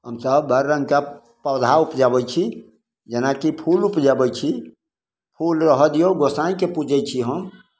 हमसभ हर रङ्गके पौधा उपजबै छी जेनाकि फूल उपजबै छी फूल रहय दियौ गोसाँइकेँ पूजै छी हम